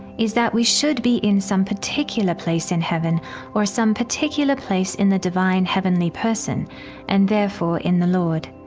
is that we should be in some particular place in heaven or in some particular place in the divine heavenly person and therefore in the lord.